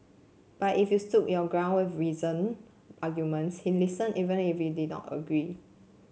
but if you stood your ground with reason arguments he listened even if he did not agree